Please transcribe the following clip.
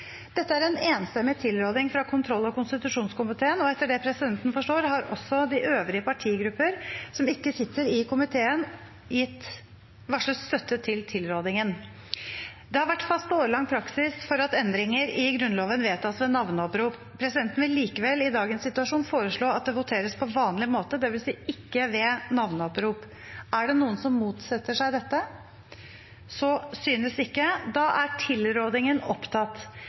og etter det presidenten forstår, har også de øvrige partigrupper som ikke sitter i komiteen, varslet støtte til tilrådingen. Det har vært fast og årelang praksis for at endringer i Grunnloven vedtas ved navneopprop. Presidenten vil likevel i dagens situasjon foreslå at det voteres på vanlig måte, dvs. ikke ved navneopprop. – Det anses vedtatt. Komiteen hadde innstilt til Stortinget å gjøre følgende Også denne innstillingen er enstemmig, og det er varslet støtte til innstillingen fra de partier som ikke